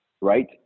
right